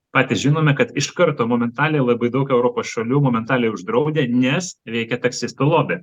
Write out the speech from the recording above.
patys žinome kad iš karto momentaliai labai daug europos šalių momentaliai uždraudė nes veikia taksistų lobi